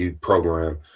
program